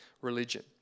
religion